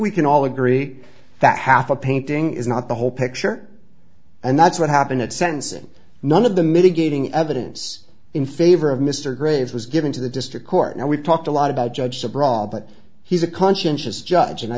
we can all agree that half a painting is not the whole picture and that's what happened at sentencing none of the mitigating evidence in favor of mr graves was given to the district court now we've talked a lot about judge to brawl but he's a conscientious judge and i